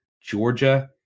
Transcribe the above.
Georgia